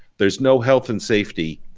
there's no health and safety